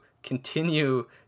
continue